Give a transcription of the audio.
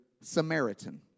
Samaritan